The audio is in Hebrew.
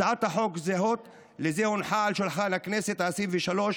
הצעת חוק זהה לזו הונחה על שולחן הכנסת העשרים-ושלוש